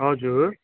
हजुर